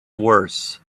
worse